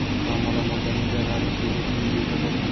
का मोला मोर जमीन के आधार म कृषि ऋण मिलिस सकत हे?